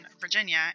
Virginia